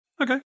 okay